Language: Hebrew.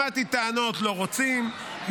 שמעתי טענות שלא רוצים,